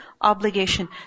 obligation